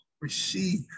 receive